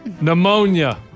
Pneumonia